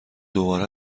دوباره